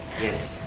Yes